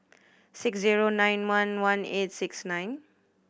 six zero nine one one eight six nine